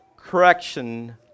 Correction